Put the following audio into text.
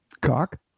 Cock